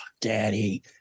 Daddy